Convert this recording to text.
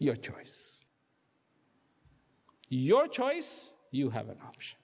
your choice your choice you have an option